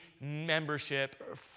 membership